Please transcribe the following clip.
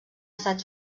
estat